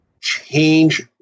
change